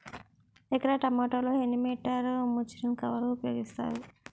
ఎకర టొమాటో లో ఎన్ని మీటర్ లో ముచ్లిన్ కవర్ ఉపయోగిస్తారు?